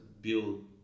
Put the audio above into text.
build